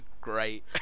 great